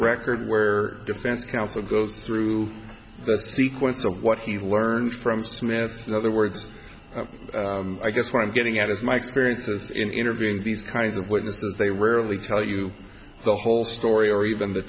record where defense counsel goes through the sequence of what he learned from smith in other words i guess what i'm getting at is my experiences in interviewing these kinds of witnesses they rarely tell you the whole story or even the